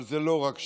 אבל זה לא רק שם.